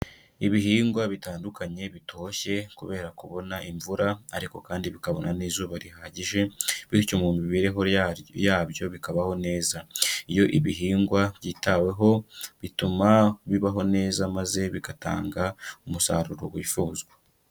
Ibihingwa bitandukanye bitoshye kubera kubona imvura, ariko kandi bikabona n'izuba rihagije, bityo mu miberehoryo yabyo bikabaho neza. Iyo ibihingwa byitaweho, bituma bibaho neza maze bigatanga umusaruro wifuzwa.